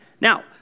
Now